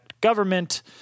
government